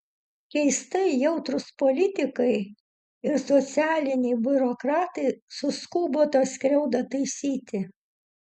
keistai jautrūs politikai ir socialiniai biurokratai suskubo tą skriaudą taisyti